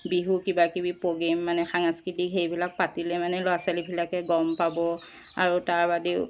বিহু কিবা কিবি প্ৰগ্ৰেম মানে সাংস্কৃতিক সেইবিলাক পাতিলে মানে ল'ৰা ছোৱালীবিলাকে গম পাব আৰু তাৰ বাদেও